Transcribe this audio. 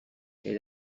elle